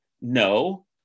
no